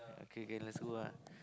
okay K lets go lah